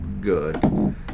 good